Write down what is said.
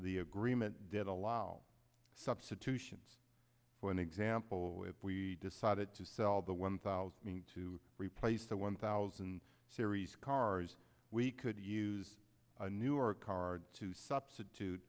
the agreement did allow substitution for an example if we decided to sell the one thousand to replace the one thousand series cars we could use a newer card to substitute